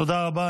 תודה רבה.